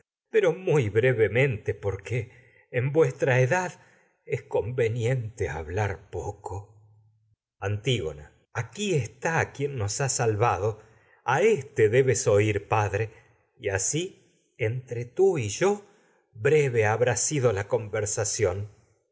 muy brevemente poco porque en vues tra edad conveniente hablar antígona debes aquí está quien y nos ha salvado a éste oír padre asi entre tú y yo breve habrá sido la conversación